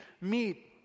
meet